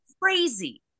crazy